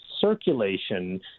circulation